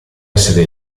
essere